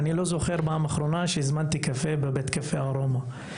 אני לא זוכר את הפעם האחרונה שבה הזמנתי קפה בבית קפה "ארומה".